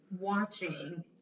watching